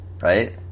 right